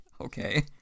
Okay